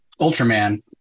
Ultraman